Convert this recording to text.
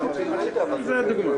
פתיחה וסגירה,